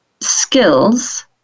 skills